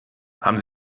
haben